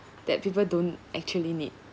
that people don't actually need